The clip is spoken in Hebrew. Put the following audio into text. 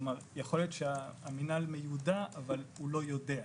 יכול להיות שהמנהל מיודע, אבל הוא לא יודע,